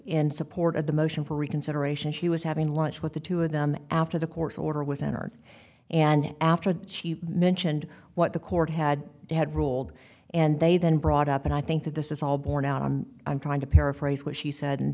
in support of the motion for reconsideration she was having lunch with the two of them after the court's order was entered and after the cheap mentioned what the court had had ruled and they then brought up and i think that this is all borne out on i'm trying to paraphrase what she said and